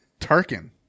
Tarkin